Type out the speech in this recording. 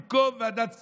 במקום ועדת הכספים,